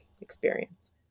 experience